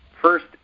first